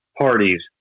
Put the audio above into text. parties